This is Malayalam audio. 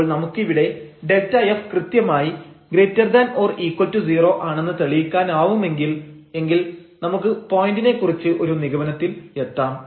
അപ്പോൾ നമുക്കിവിടെ Δf കൃത്യമായി ≧ 0 ആണെന്ന് തെളിയിക്കാനാവുമെങ്കിൽ എങ്കിൽ നമുക്ക് പോയന്റിനെക്കുറിച്ച് ഒരു നിഗമനത്തിൽ എത്താം